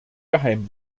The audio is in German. geheim